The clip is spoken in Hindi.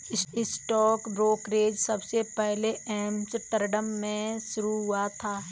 स्टॉक ब्रोकरेज सबसे पहले एम्स्टर्डम में शुरू हुआ था